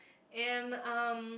and um